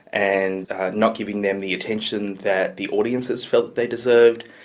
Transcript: and not giving them the attention that the audiences felt they deserved,